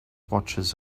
watches